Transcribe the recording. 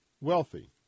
wealthy